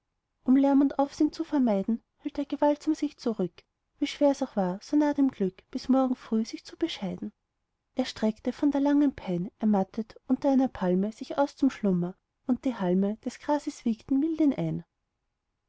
um lärm und aufsehn zu vermeiden hielt er gewaltsam sich zurück wie schwer's auch war so nah dem glück bis morgen früh sich zu bescheiden er streckte von der langen pein ermattet unter einer palme sich aus zum schlummer und die halme des grases wiegten mild ihn ein